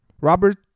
Robert